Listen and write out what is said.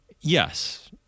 yes